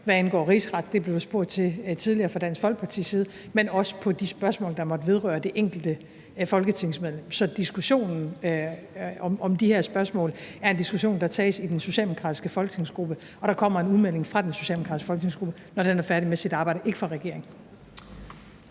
hvad angår rigsret – det blev der spurgt til tidligere fra Dansk Folkepartis side – men også hvad angår de spørgsmål, der måtte vedrøre det enkelte folketingsmedlem. Så diskussionen om de her spørgsmål er en diskussion, der tages i den socialdemokratiske folketingsgruppe, og der kommer en udmelding fra den socialdemokratiske folketingsgruppe, når den er færdig med sit arbejde – ikke fra regeringen.